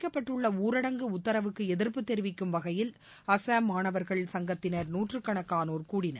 காரடங்கு உத்தரவுக்கு எதிர்ப்பு தெரிவிக்கும் வகையில் அசாம் மாணவர்கள் சங்கத்தினர் நூற்றுக்கணக்கானோர் கூடினர்